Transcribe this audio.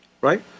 Right